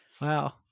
Wow